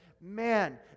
man